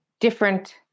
different